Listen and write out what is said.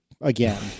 again